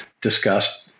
discussed